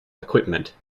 equipment